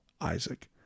Isaac